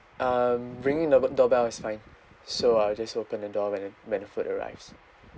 um ringing dub~ doorbell is fine so I will just open the door when the when the food arrives